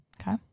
Okay